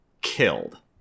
killed